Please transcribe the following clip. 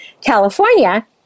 California